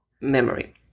memory